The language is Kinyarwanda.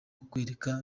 kukwereka